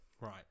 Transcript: Right